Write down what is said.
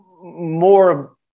more